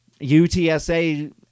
UTSA